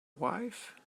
wife